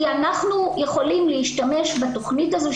אנחנו יכולים להשתמש בתכנית הזאת,